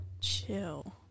chill